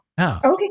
okay